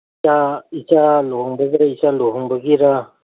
ꯏꯆꯥ ꯂꯨꯍꯣꯡꯕꯒꯤꯔ ꯏꯆꯟ ꯂꯨꯍꯣꯡꯕꯒꯤꯔ